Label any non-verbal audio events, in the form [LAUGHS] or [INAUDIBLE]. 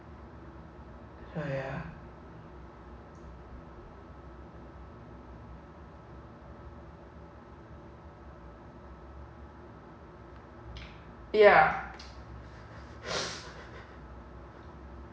oh ya ya [LAUGHS]